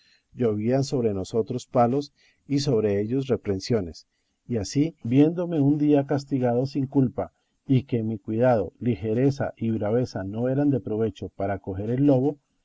perezosos llovían sobre nosotros palos y sobre ellos reprehensiones y así viéndome un día castigado sin culpa y que mi cuidado ligereza y braveza no eran de provecho para coger el lobo